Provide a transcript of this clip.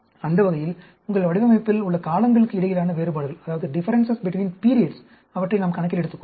அந்த வகையில் உங்கள் வடிவமைப்பில் உள்ள காலங்களுக்கு இடையிலான வேறுபாடுகளை நாம் கணக்கில் எடுத்துக்கொள்ளலாம்